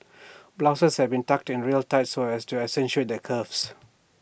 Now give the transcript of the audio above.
blouses had been tucked in real tight so as to accentuate their curves